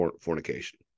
fornication